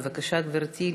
בבקשה גברתי,